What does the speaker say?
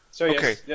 Okay